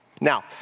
Now